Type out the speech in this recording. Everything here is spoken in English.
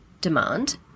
demand